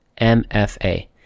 MFA